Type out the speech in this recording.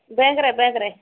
ବ୍ୟାଙ୍କରେ ବ୍ୟାଙ୍କରେ